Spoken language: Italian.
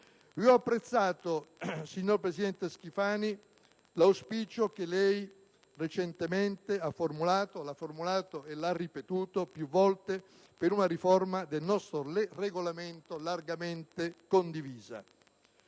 Ho apprezzato, signor presidente Schifani, l'auspicio che lei recentemente ha formulato e ripetuto più volte per una riforma del nostro Regolamento largamente condivisa.